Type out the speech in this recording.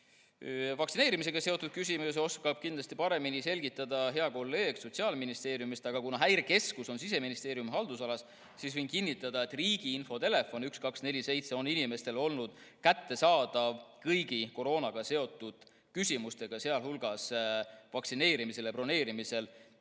Vaktsineerimisega seotud küsimusi oskab kindlasti paremini selgitada hea kolleeg Sotsiaalministeeriumist, aga kuna Häirekeskus on Siseministeeriumi haldusalas, siis võin kinnitada, et riigi infotelefon 1247 on inimestele olnud kättesaadav kõigis koroonaga seotud küsimustes, sealhulgas vaktsineerimisaja broneerimisel.